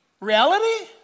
Reality